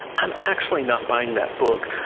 i'm actually not buying that book.